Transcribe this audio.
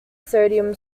sodium